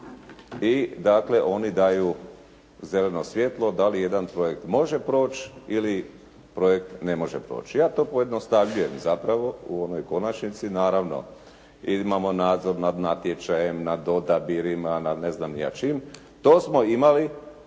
i dakle oni daju zeleno svjetlo da li jedan projekt može proći ili projekt ne može proći. Ja to pojednostavljujem zapravo u onoj konačnici. Naravno imamo nadzor nad natječajem, nad odabirima, nad ne znam ni ja čim, to smo imali